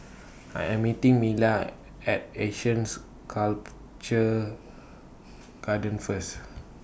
I Am meeting Mila At Asean Sculpture Garden First